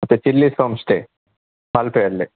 ಮತ್ತೆ Chillies homestay ಮಲ್ಪೆಯಲ್ಲೇ